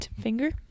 finger